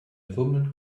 woman